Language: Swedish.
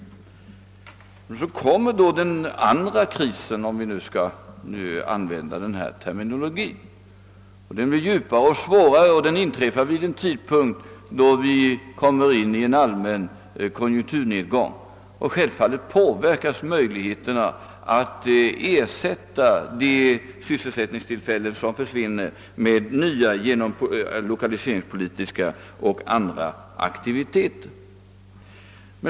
Men så kommer då »den andra krisen», om vi nu skall använda denna terminologi. Den blir djupare och svårare och den inträffar vid en tidpunkt då vi kommer in i en allmän konjunkturnedgång. Självfallet påverkas därvid möjligheterna att ersätta de sysselsättningstillfällen som försvinner med nya genom lokaliseringspolitiska och andra aktiviteter.